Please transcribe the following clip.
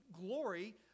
glory